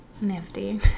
nifty